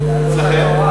אישה, אצלכם?